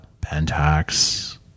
Pentax